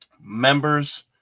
Members